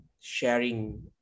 sharing